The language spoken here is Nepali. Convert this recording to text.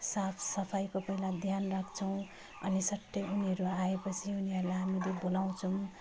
साफ सफाइको पहिला ध्यान राख्छौँ अनि सट्टै उनीहरू आएपछि उनीहरूलाई हामीले बोलाउँछौँ